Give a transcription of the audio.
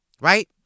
Right